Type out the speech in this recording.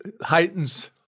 heightens